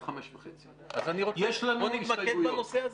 17:30. יש לנו הסתייגויות --- בוא נתמקד בנושא הזה.